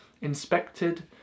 Inspected